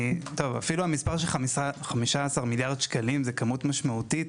אפילו המספר של 15 מיליארד שקלים זה כמות משמעותית,